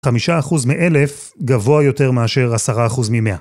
חמישה אחוז מאלף, גבוה יותר מאשר עשרה אחוז ממאה.